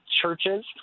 churches